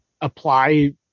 apply